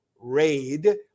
raid